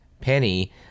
penny